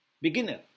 beginner